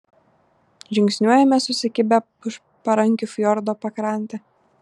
žingsniuojame susikibę už parankių fjordo pakrante